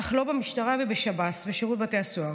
אך לא במשטרה ובשב"ס, בשירות בתי הסוהר.